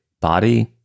body